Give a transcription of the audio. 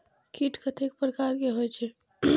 कीट कतेक प्रकार के होई छै?